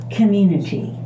community